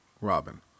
robin